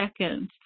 seconds